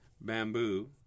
bamboo